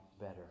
better